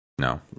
No